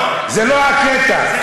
זה לא הקטע.